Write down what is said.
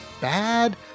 Bad